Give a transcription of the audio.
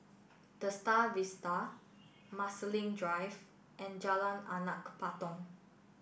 The Star Vista Marsiling Drive and Jalan Anak Patong